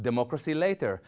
democracy later